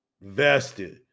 vested